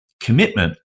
commitment